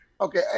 Okay